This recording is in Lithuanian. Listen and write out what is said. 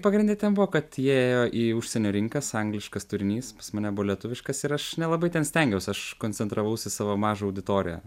pagrinde ten buvo kad jie ėjo į užsienio rinkas angliškas turinys pas mane buvo lietuviškas ir aš nelabai ten stengiaus aš koncentravausi į savo mažą auditoriją